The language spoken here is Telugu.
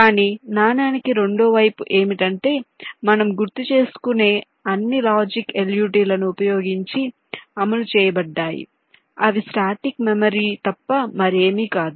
కానీ నాణేనికి రెండో వైపు ఏమిటంటే మనం గుర్తుచేసుకునే అన్ని లాజిక్ లు LUT లను ఉపయోగించి అమలు చేయబడ్డాయి అవి స్టాటిక్ మెమరీ తప్ప మరేమీ కాదు